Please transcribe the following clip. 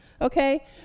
okay